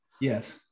Yes